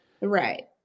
Right